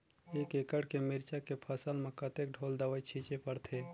एक एकड़ के मिरचा के फसल म कतेक ढोल दवई छीचे पड़थे?